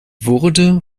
wurde